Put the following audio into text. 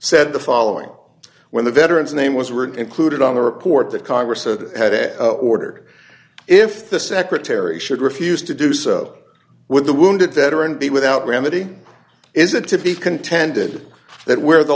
said the following when the veterans name was were included on the report the congress that had it ordered if the secretary should refuse to do so would the wounded veteran be without remedy is it to be contended that where the